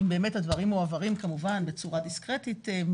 אם הדברים מועברים כמובן בצורה דיסקרטית,